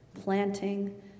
Planting